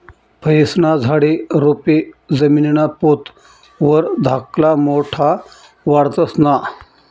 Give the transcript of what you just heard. फयेस्ना झाडे, रोपे जमीनना पोत वर धाकला मोठा वाढतंस ना?